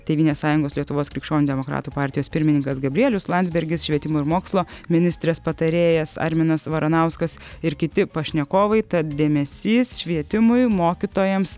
tėvynės sąjungos lietuvos krikščionių demokratų partijos pirmininkas gabrielius landsbergis švietimo ir mokslo ministrės patarėjas arminas varanauskas ir kiti pašnekovai tad dėmesys švietimui mokytojams